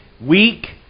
weak